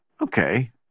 Okay